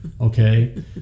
okay